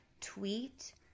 tweet